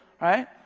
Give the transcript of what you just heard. right